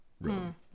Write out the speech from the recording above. room